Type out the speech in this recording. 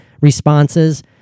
responses